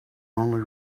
only